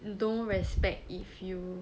don't respect if you